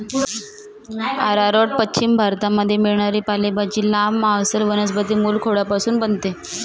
arrowroot पश्चिम भारतामध्ये मिळणारी पालेभाजी, लांब, मांसल वनस्पती मूळखोडापासून बनते